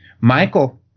Michael